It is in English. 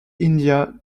india